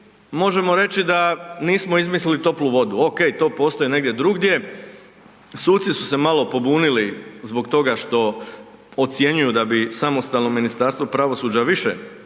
možemo reći da nismo izmislili toplu vodu. Ok, to postoji negdje drugdje, suci su se malo pobunili zbog toga što ocjenjuju da bi samostalno Ministarstvo pravosuđa više brinulo